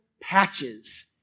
patches